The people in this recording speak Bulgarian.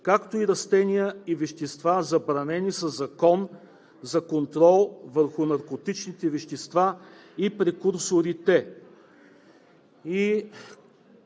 както и растения и вещества, забранени със Закона за контрол върху наркотичните вещества и прекурсорите.“